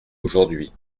aujourd’hui